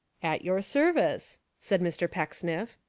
at your service, said mr. pecksniff.